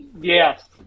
yes